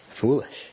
Foolish